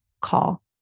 Call